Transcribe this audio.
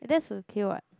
that's okay what